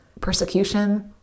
Persecution